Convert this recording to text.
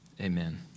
Amen